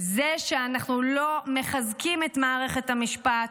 זה שאנחנו לא מחזקים את מערכת המשפט,